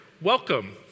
Welcome